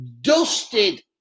dusted